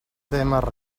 témer